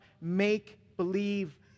make-believe